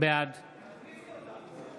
בעד